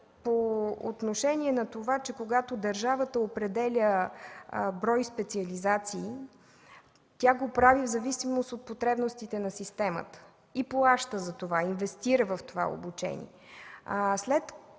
по отношение на това, че когато държавата определя брой специализации, тя го прави в зависимост от потребностите на системата и плаща за това, инвестира в това обучение. След това,